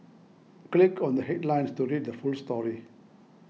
click on the headlines to read the full story